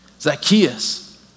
Zacchaeus